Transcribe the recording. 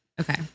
Okay